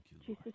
jesus